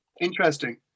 Interesting